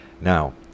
Now